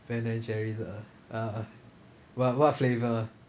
ben and jerry's uh uh what what flavour